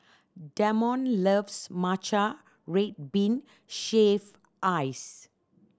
Damond loves matcha red bean shaved ice